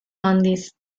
handiz